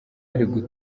ari